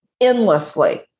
endlessly